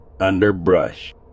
underbrush